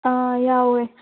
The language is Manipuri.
ꯑꯥ ꯌꯥꯎꯋꯦ